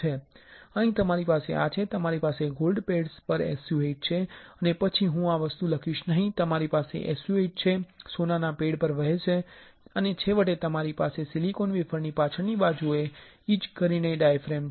અહીં તમારી પાસે આ છે તમારી પાસે ગોલ્ડ પેડ્સ પર SU 8 છે અને પછી હું આ વસ્તુ લખીશ નહીં પછી તમારી પાસે SU 8 છે જે સોનાના પેડ પર વહે છે અને છેવટે તમારી પાસે સિલિકોન વેફરની પાછળની બાજુએ ઇચ કરીને ડાયાફ્રેમ છે